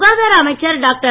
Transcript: சுகாதார அமைச்சர் டாக்டர்